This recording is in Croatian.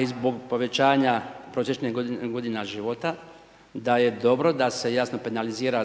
i zbog povećanja prosječne godine života, da je dobro da se jasno penalizira